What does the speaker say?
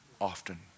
often